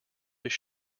his